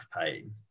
pain